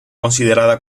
considerada